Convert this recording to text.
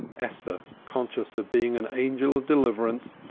esther, conscious of being an angel of deliverance,